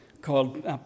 called